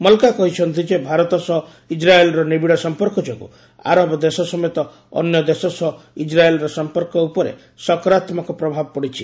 ମକ୍କା କହି ଛନ୍ତି ଯେ ଭାରତ ସହ ଇସ୍ରାଏଲର ନିବିଡ ସମ୍ପର୍କ ଯୋଗୁ ଆରବ ଦେଶ ସମେତ ଅନ୍ୟ ଦେଶ ସହ ଇସ୍ରାଏଲର ସମ୍ପକ ଉପରେ ସକରାତ୍ମକ ପ୍ରଭାବ ପଡିଛି